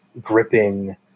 gripping